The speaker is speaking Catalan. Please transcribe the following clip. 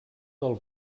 del